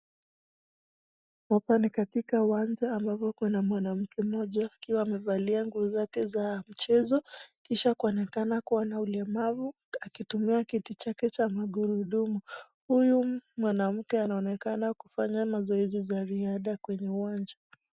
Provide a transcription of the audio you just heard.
Hapa ni katika uwanja ambapo kuna mwanamke mmoja akiwa amevalia nguo zake za mchezo kisha kuonekana kuwa na ulemavu akitumia kiti chake cha magurudumu. Huyu mwanamke anaonekana kufanya mazoezi za ziada kwenye uwanja.